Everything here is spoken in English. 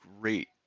great